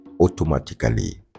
automatically